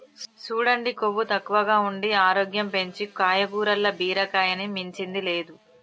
సూడండి కొవ్వు తక్కువగా ఉండి ఆరోగ్యం పెంచీ కాయగూరల్ల బీరకాయని మించింది లేదు